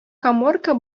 каморка